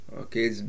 okay